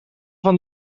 gaan